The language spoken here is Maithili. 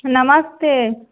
नमस्ते